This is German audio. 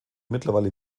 mittlerweile